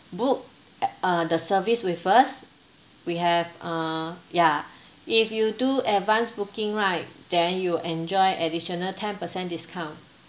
book a~ uh the service with us we have uh ya if you do advanced booking right then you'll enjoy additional ten percent discount